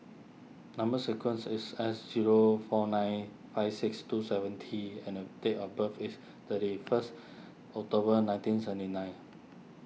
Number Sequence is S zero four nine five six two seven T and the date of birth is thirty first October nineteen seventy nine